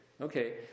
Okay